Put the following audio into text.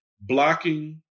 blocking